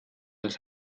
das